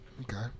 Okay